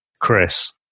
Chris